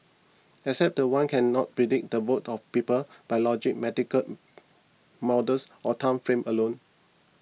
except that one cannot predict the votes of people by logic medical models or time frames alone